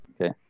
Okay